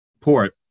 port